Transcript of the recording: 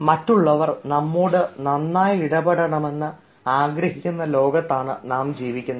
മറ്റുള്ളവർ നമ്മോട് നന്നായി ഇടപെടണമെന്ന് ആഗ്രഹിക്കുന്ന ലോകത്താണ് നാം ജീവിക്കുന്നത്